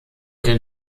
den